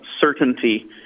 certainty